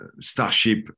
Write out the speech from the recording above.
Starship